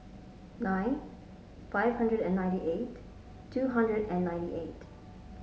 nine five hundred and ninety eight two hundred and ninety eight